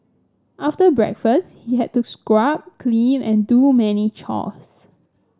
after breakfast he had to scrub clean and do many chores